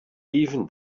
even